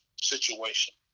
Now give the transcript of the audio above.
situation